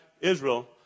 Israel